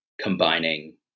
combining